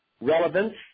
relevance